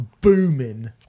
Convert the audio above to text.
booming